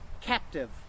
captive